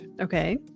Okay